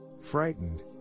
Frightened